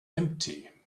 empty